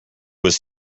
his